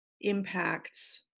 impacts